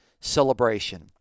celebration